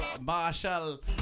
Marshall